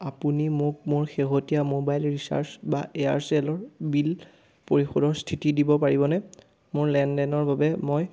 আপুনি মোক মোৰ শেহতীয়া মোবাইল ৰিচাৰ্জ বা এয়াৰচেলৰ বিল পৰিশোধৰ স্থিতি দিব পাৰিবনে মোৰ লেনদেনৰ বাবে মই